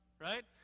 right